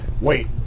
wait